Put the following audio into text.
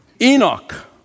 Enoch